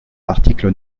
l’article